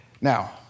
Now